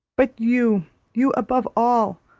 but you you above all,